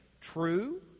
True